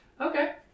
Okay